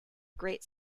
great